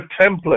template